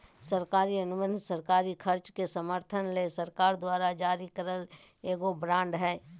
सरकारी अनुबंध सरकारी खर्च के समर्थन ले सरकार द्वारा जारी करल एगो बांड हय